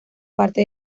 parte